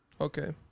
Okay